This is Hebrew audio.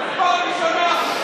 נגד פעם ראשונה.